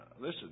Listen